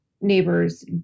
neighbors